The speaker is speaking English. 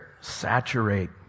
saturate